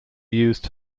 used